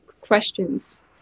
questions